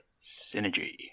Synergy